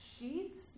Sheets